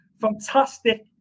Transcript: fantastic